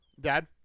dad